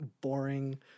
boring